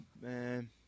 man